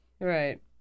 Right